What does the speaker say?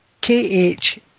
K-H